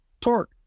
torque